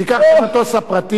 היא תיקח את המטוס הפרטי,